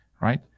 right